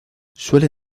suele